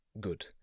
Good